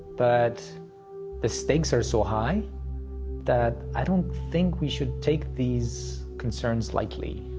but the stakes are so high that i don't think we should take these concerns lightly.